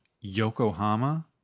Yokohama